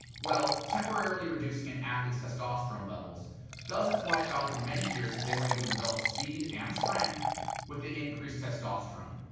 well, temporarily reducing an athlete's testosterone levels doesn't wipe out the many years that they were able to develop speed and strength with the increased testosterone.